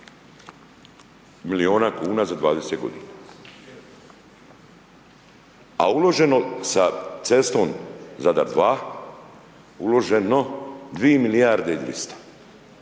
milijuna kuna za 20 godina. A uloženo sa cestom Zadar 2 uloženo 2 milijarde i 200